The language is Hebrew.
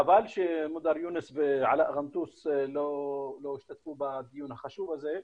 חבל שמודר יונס ועלאא רנטוס לא השתתפו בדיון החשוב הזה,